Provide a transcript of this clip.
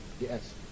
Yes